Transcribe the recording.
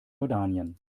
jordanien